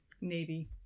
navy